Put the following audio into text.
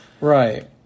Right